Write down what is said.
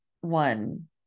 one